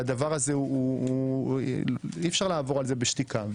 והדבר הזה אי אפשר לעבור עליו בשתיקה.